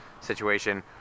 situation